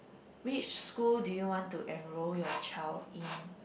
which school do you want to enroll your child in